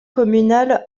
communal